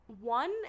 one